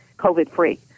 COVID-free